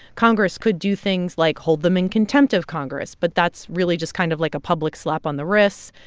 congress could do things like hold them in contempt of congress. but that's really just kind of like a public slap on the wrist.